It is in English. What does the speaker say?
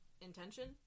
intention